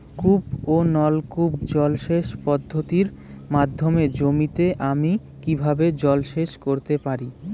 কূপ ও নলকূপ জলসেচ পদ্ধতির মাধ্যমে জমিতে আমি কীভাবে জলসেচ করতে পারি?